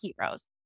heroes